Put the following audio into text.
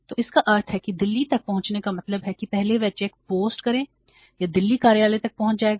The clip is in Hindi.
तो इसका अर्थ है कि दिल्ली तक पहुंचने का मतलब है कि पहले वे चेक पोस्ट करें यह दिल्ली कार्यालय तक पहुंच जाएगा